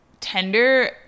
tender